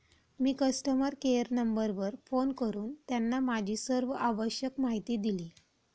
मी customer care नंबरवर phone करून त्यांना माझी सर्व आवश्यक माहिती दिली